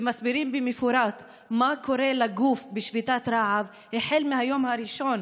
ומסבירים במפורט מה קורה לגוף בשביתת רעב: החל מהיום הראשון,